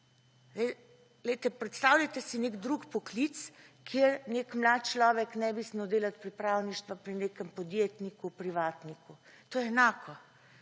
predstavljajte si nek drug poklic, kjer nek mlad človek ne bi smel delati pripravništva pri nekem podjetniku, privatniku. To je enako.